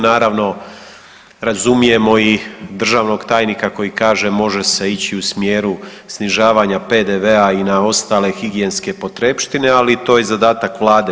Naravno razumijemo i državnog tajnika koji kaže može se ići u smjeru snižavanja PDV-a i na ostale higijenske potrepštine, ali to je zadatak Vlade.